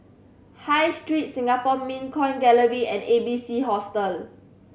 High Street Singapore Mint Coin Gallery and A B C Hostel